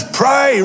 pray